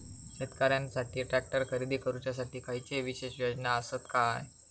शेतकऱ्यांकसाठी ट्रॅक्टर खरेदी करुच्या साठी खयच्या विशेष योजना असात काय?